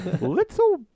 Little